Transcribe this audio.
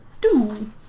Two